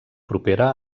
propera